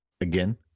again